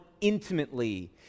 intimately